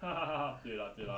对 lah 对 lah